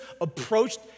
approached